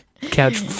Couch